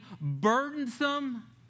burdensome